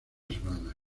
semanas